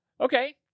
Okay